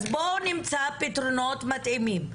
אז בואו נמצא פתרונות מתאימים.